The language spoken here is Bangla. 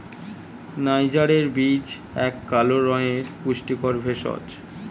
নাইজারের বীজ একটি কালো রঙের পুষ্টিকর ভেষজ